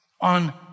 on